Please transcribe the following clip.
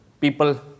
People